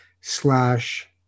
slash